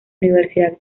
universidad